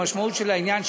המשמעות של העניין,